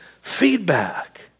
feedback